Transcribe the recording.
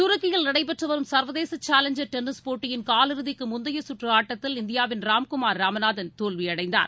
துருக்கியில் நடைபெற்றுவரும் சர்வதேசசேலஞ்சர் டென்னிஸ் போட்டியின் காலிறுதிக்குமுந்தையச் சுற்றுஆட்டத்தில் இந்தியாவின் ராம்குமார் ராமநாதன் தோல்விஅடைந்தார்